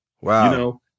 Wow